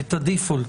את הדיפולט?